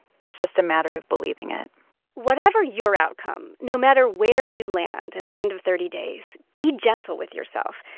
it's just a matter of believing it whatever your outcome, no matter where you land at the end of thirty days, be gentle with yourself.